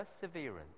perseverance